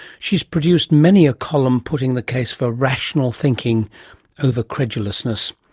she's produced many a column putting the case for rational thinking over credulousness.